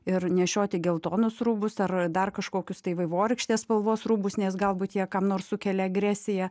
ir nešioti geltonus rūbus ar dar kažkokius tai vaivorykštės spalvos rūbus nes galbūt jie kam nors sukelia agresiją